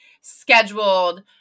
scheduled